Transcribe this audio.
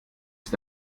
ist